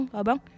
abang